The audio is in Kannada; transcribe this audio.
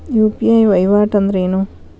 ಯು.ಪಿ.ಐ ವಹಿವಾಟ್ ಅಂದ್ರೇನು?